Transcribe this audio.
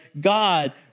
God